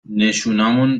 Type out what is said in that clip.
نشونامون